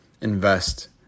invest